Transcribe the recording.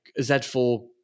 Z4